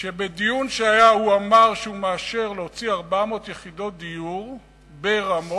שבדיון שהיה הוא אמר שהוא מאשר להוציא 400 יחידות דיור ברמות,